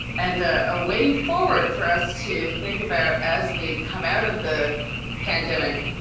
and a way forward for us to think about, as we come out of the pandemic,